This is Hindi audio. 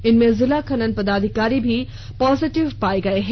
इनमें जिला खनन पदाधिकारी भी पॉजिटिव पाए गए हैं